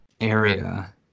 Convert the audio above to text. area